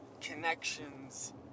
connections